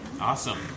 Awesome